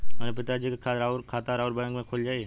हमरे पिता जी के खाता राउर बैंक में खुल जाई?